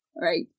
right